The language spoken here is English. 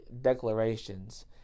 declarations